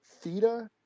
Theta